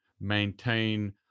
maintain